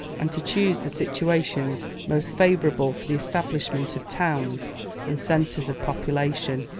and to choose the situations most favourable for the establishment of towns and centres of population.